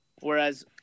Whereas